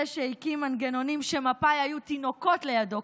זה שהקים מנגנונים שמפא"י היו תינוקות לידו,